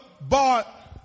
bought